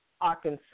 Arkansas